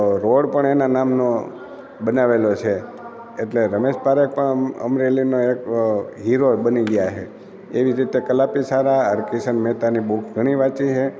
road પણ એના નામનો બનાવેલો છે એટલે રમેશ પારેખ પણ અમરેલીના એક હીરો બની ગયા છે એવી રીતે કલાપી સારા હરકિશન મહેતાની બુક ઘણી વાંચી છે